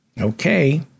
Okay